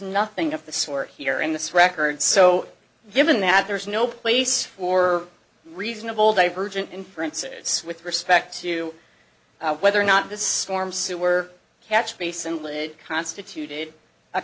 nothing of the sort here in this record so given that there is no place for reasonable divergent inferences with respect to whether or not this storm sewer catch basin lid constituted a